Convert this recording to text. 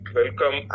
welcome